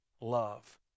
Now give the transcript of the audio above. love